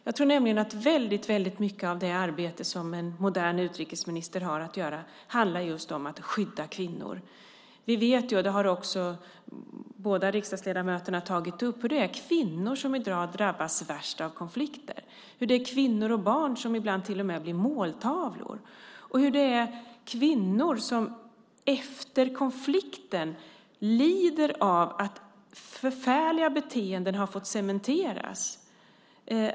Jag tror att väldigt mycket av det arbete som en utrikesminister har att göra handlar just om att skydda kvinnor. Vi vet, och det har också båda riksdagsledamöterna tagit upp, att det är kvinnor som i dag drabbas värst av konflikter. Det är kvinnor och barn som ibland till och med blir måltavlor. Det är kvinnor som efter konflikter lider av att förfärliga beteenden har fått cementeras.